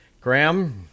Graham